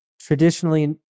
traditionally